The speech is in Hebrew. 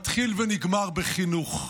מתחיל ונגמר בחינוך.